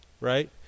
right